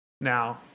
Now